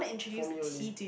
for me only